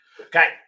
okay